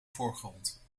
voorgrond